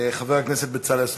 חבר הכנסת בצלאל סמוטריץ.